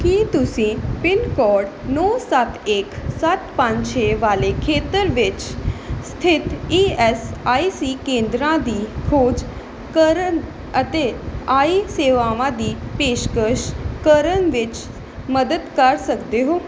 ਕੀ ਤੁਸੀਂ pin code ਨੌਂ ਸੱਤ ਇੱਕ ਸੱਤ ਪੰਜ ਛੇ ਵਾਲੇ ਖੇਤਰ ਵਿੱਚ ਸਥਿਤ ਈ ਐੱਸ ਆਈ ਸੀ ਕੇਂਦਰਾਂ ਦੀ ਖੋਜ ਕਰਨ ਅਤੇ ਆਈ ਸੇਵਾਵਾਂ ਦੀ ਪੇਸ਼ਕਸ਼ ਕਰਨ ਵਿੱਚ ਮਦਦ ਕਰ ਸਕਦੇ ਹੋ